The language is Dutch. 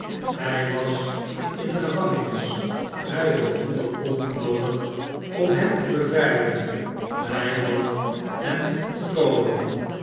hij was in de gevangenis hij had honderd pond noodig om hem te bevrijden hij bad hen te komen